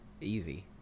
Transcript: Easy